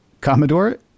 Commodore